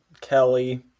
Kelly